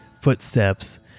footsteps